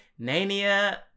nania